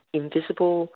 invisible